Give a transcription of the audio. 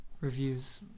reviews